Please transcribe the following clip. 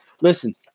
Listen